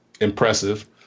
impressive